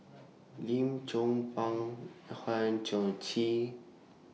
Lim Chong Pang Hang Chang Chieh